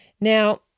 Now